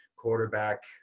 quarterback